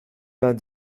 vingt